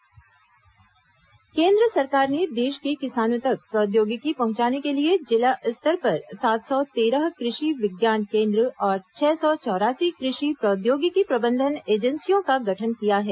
कृषि विज्ञान केन्द्र केन्द्र सरकार ने देश के किसानों तक प्रौद्योगिकी पहुंचाने के लिए जिला स्तर पर सात सौ तेरह कृषि विज्ञान केंद्र और छह सौ चौरासी कृषि प्रौद्योगिकी प्रबंधन एजेंसियों का गठन किया है